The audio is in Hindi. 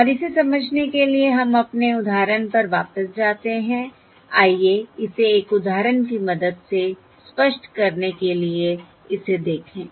और इसे समझने के लिए हम अपने उदाहरण पर वापस जाते हैं आइए इसे एक उदाहरण की मदद से स्पष्ट करने के लिए इसे देखें